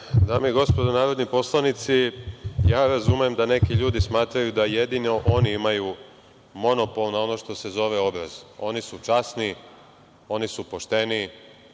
Dame i gospodo narodni poslanici, ja razumem da neki ljudi smatraju da jedino oni imaju monopol na ono što se zove obraz. Oni su časni, oni su pošteni,